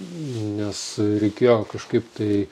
nes reikėjo kažkaip tai